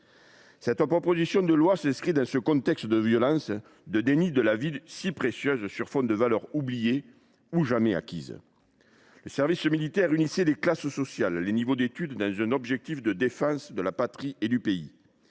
Cette proposition de loi s’inscrit dans ce contexte de violence, de déni de la vie, si précieuse, sur fond de valeurs oubliées ou jamais acquises. Le service militaire unissait les classes sociales et les niveaux d’études dans un objectif de défense de la patrie et du pays.